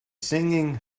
singing